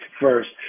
first